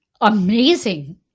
amazing